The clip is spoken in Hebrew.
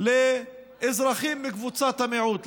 לאזרחים בקבוצת המיעוט,